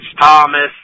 Thomas